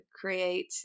create